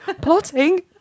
plotting